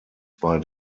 bei